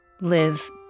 live